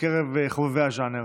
בקרב חובבי הז'אנר